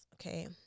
okay